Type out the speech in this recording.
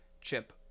Chip